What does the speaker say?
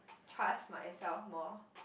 trust myself more